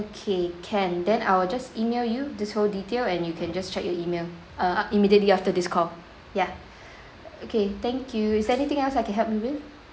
okay can then I will just email you this whole detail and you can just check your email uh uh immediately after this call ya okay thank you is there anything else I can help you with